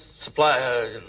Supply